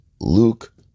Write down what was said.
Luke